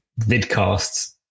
vidcasts